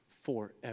forever